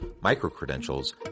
micro-credentials